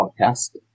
podcast